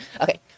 Okay